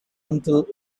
until